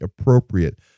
appropriate